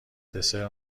دسر